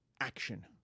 action